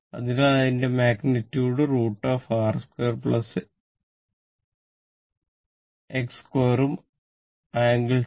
അതിനാൽ അതിന്റെ magnitude √ R2 X2 ഉം ∟θ